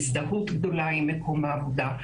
הזדהות גדולה עם מקום העבודה.